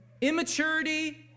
Immaturity